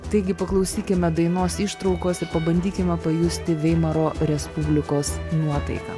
taigi paklausykime dainos ištraukos ir pabandykime pajusti veimaro respublikos nuotaiką